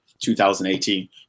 2018